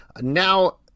Now